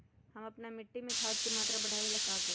हम अपना मिट्टी में खाद के मात्रा बढ़ा वे ला का करी?